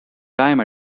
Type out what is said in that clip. time